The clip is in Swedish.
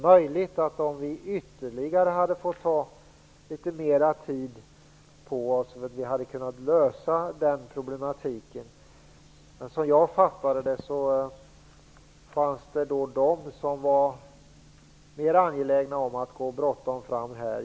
Om vi hade fått litet ytterligare tid på oss är det möjligt att vi hade kunnat lösa den problematiken. Som jag fattade det, fanns det de som var mer angelägna att gå fort fram.